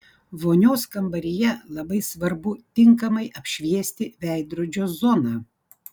vonios kambaryje labai svarbu tinkamai apšviesti veidrodžio zoną